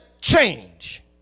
change